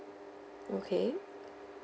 okay